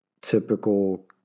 typical